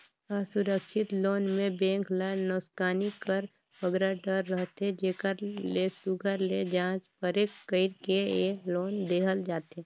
असुरक्छित लोन में बेंक ल नोसकानी कर बगरा डर रहथे जेकर ले सुग्घर ले जाँच परेख कइर के ए लोन देहल जाथे